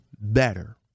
better